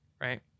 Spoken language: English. Right